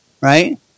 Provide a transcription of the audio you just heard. right